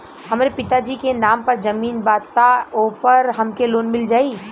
हमरे पिता जी के नाम पर जमीन बा त ओपर हमके लोन मिल जाई?